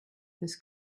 this